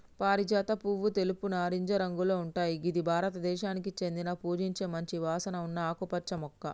పారిజాత పువ్వు తెలుపు, నారింజ రంగులో ఉంటయ్ గిది భారతదేశానికి చెందిన పూజించే మంచి వాసన ఉన్న ఆకుపచ్చ మొక్క